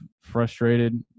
frustrated